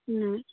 ꯎꯝ